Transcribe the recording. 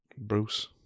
Bruce